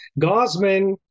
Gosman